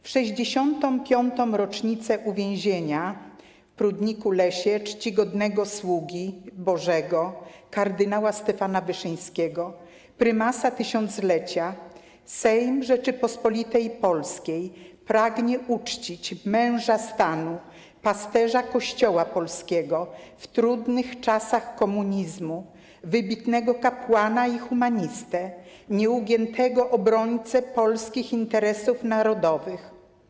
W 65. rocznicę uwięzienia w Prudniku-Lesie Czcigodnego Sługi Bożego kardynała Stefana Wyszyńskiego, Prymasa Tysiąclecia Sejm Rzeczypospolitej Polskiej pragnie uczcić męża stanu, pasterza Kościoła polskiego w trudnych czasach komunizmu, wybitnego kapłana i humanistę, nieugiętego obrońcę polskich interesów narodowych.